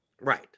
Right